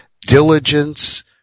diligence